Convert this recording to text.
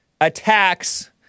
attacks